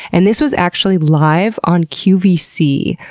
and this was actually live on qvc,